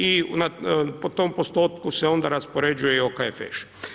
I po tom postotku se onda raspoređuje i OKFŠ.